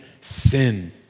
sin